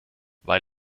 weil